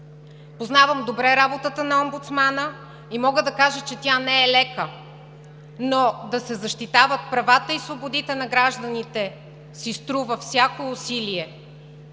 Познавам добре работата на омбудсмана и мога да кажа, че тя не е лека, но да се защитават правата и свободите на гражданите си струва всяко усилие.